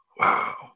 Wow